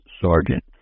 sergeant